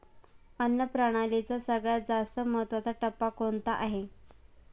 अन्न प्रणालीचा सगळ्यात जास्त महत्वाचा टप्पा कोणता आहे?